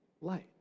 light